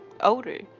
older